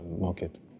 market